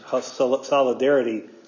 solidarity